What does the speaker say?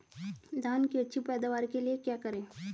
धान की अच्छी पैदावार के लिए क्या करें?